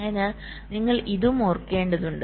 അതിനാൽ നിങ്ങൾ ഇതും ഓർക്കേണ്ടതുണ്ട്